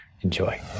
Enjoy